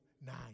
nine